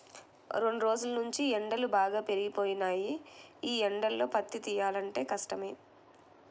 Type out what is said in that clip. రెండ్రోజుల్నుంచీ ఎండలు బాగా పెరిగిపోయినియ్యి, యీ ఎండల్లో పత్తి తియ్యాలంటే కష్టమే